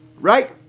right